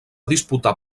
disputar